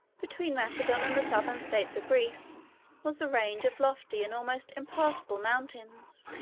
between macedon and the southern states of greece was a range of lofty and almost impassable mountains.